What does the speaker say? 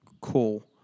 cool